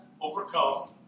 overcome